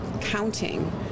counting